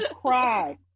cry